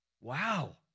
Wow